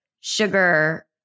Sugar